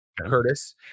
Curtis